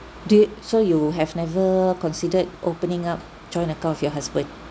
do y~ so you have never considered opening up joint account with your husband